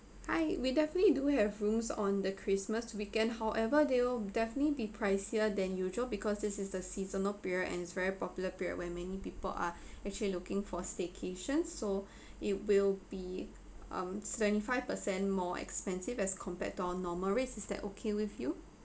hi we definitely do have rooms on the christmas weekend however they will definitely be pricier than usual because this is the seasonal period and it's very popular period where many people are actually looking for staycations so it will be um twenty five percent more expensive as compared to our normal rate is that okay with you